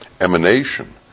emanation